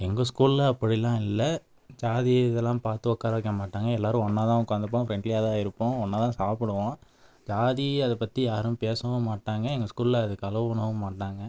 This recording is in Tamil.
எங்கள் ஸ்கூலில் அப்படிலாம் இல்லை ஜாதி இதெல்லாம் பார்த்து உட்கார வைக்க மாட்டாங்க எல்லோரும் ஒன்றா தான் உட்காந்துப்போம் ஃப்ரெண்ட்லியாக தான் இருப்போம் ஒன்றா தான் சாப்பிடுவோம் ஜாதி அதை பற்றி யாரும் பேசவும் மாட்டாங்க எங்கள் ஸ்கூலில் அதுக்கு அலோவ் பண்ணவும் மாட்டாங்க